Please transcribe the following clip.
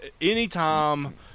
Anytime